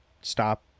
stop